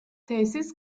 tesis